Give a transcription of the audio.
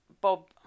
Bob